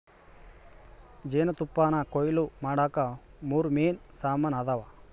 ಜೇನುತುಪ್ಪಾನಕೊಯ್ಲು ಮಾಡಾಕ ಮೂರು ಮೇನ್ ಸಾಮಾನ್ ಅದಾವ